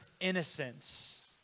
innocence